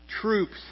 Troops